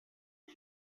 que